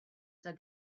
said